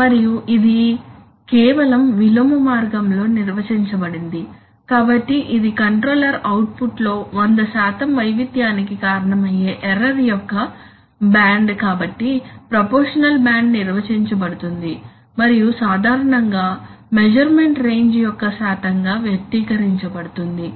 మరియు ఇది కేవలం విలోమ మార్గంలో నిర్వచించబడింది కాబట్టి ఇది కంట్రోలర్ అవుట్పుట్లో వంద శాతం వైవిధ్యానికి కారణమయ్యే ఎర్రర్ యొక్క బ్యాండ్ కాబట్టి ప్రపోర్షషనల్ బ్యాండ్ నిర్వచించబడుతుంది మరియు సాధారణంగా మెస్సుర్మెంట్ రేంజ్ యొక్క శాతంగా వ్యక్తీకరించబడుతుంది